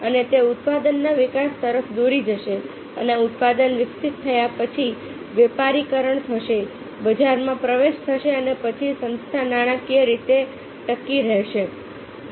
અને તે ઉત્પાદનના વિકાસ તરફ દોરી જશે અને ઉત્પાદન વિકસિત થયા પછી વેપારીકરણ થશે બજારમાં પ્રવેશ થશે અને પછી સંસ્થા નાણાકીય રીતે ટકી રહેશે